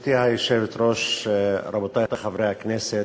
גברתי היושבת-ראש, רבותי חברי הכנסת,